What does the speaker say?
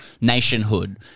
nationhood